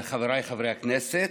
חבריי חברי הכנסת,